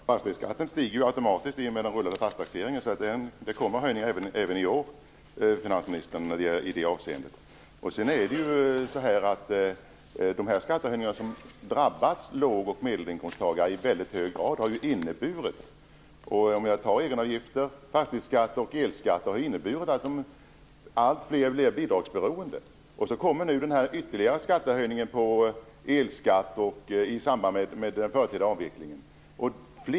Fru talman! Fastighetsskatten stiger ju automatiskt i och med den rullande fastighetstaxeringen, så det kommer höjningar även i år, finansministern. De här skattehöjningarna, t.ex. egenavgifter, fastighetsskatt och elskatt, har drabbat låg och medelinkomsttagarna i väldigt hög grad och har inneburit att alltfler blir bidragsberoende. Därtill kommer nu den här ytterligare skattehöjningen på elskatt i samband med den förtida avvecklingen.